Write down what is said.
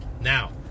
now